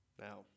Now